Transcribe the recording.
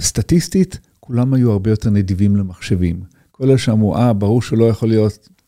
סטטיסטית, כולם היו הרבה יותר נדיבים למחשבים. כל השאר אמרו אה, ברור שלא יכול להיות.